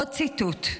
עוד ציטוט: